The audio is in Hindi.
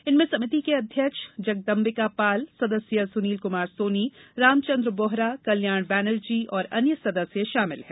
इनमें सभिति के अध्यक्ष जगदंबिका पाल सदस्य सुनिल कुमार सोनी रामचंद्र बोहरा कल्याण बनर्जी और अन्य सदस्य शामिल हैं